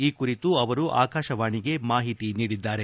ಈ ಕುರಿತು ಅವರು ಆಕಾಶವಾಣಿಗೆ ಮಾಹಿತಿ ನೀಡಿದ್ದಾರೆ